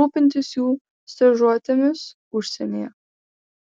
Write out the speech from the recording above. rūpintis jų stažuotėmis užsienyje